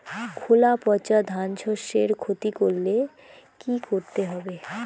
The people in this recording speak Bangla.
খোলা পচা ধানশস্যের ক্ষতি করলে কি করতে হবে?